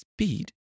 speed